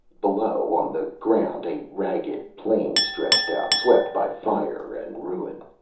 below, on the ground, a ragged plain stretched out, swept by fire and ruin.